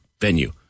venue